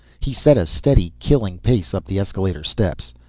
he set a steady, killing pace up the escalator steps.